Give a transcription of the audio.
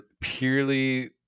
purely